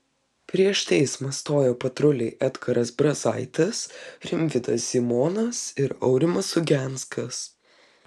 prieš teismą stojo patruliai edgaras brazaitis rimvydas zymonas ir aurimas ugenskas